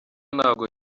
ntabwo